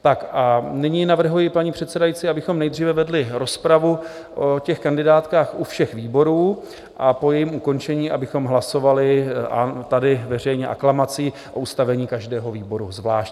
Tak a nyní navrhuji, paní předsedající, abychom nejdříve vedli rozpravu o těch kandidátkách u všech výborů a po jejím ukončení, abychom hlasovali tady veřejně, aklamací o ustavení každého výboru zvlášť.